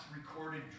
recorded